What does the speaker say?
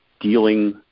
dealing